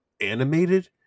animated